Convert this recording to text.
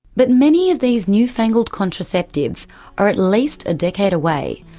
but many of these newfangled contraceptives are at least a decade away,